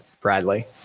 Bradley